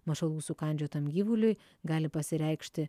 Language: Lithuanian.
mašalų sukandžiotam gyvuliui gali pasireikšti